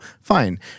fine